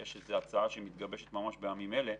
יש הצעה שמתגבשת ממש בימים אלה,